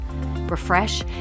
Refresh